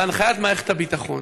בהנחיית מערכת הביטחון,